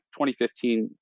2015